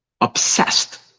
Obsessed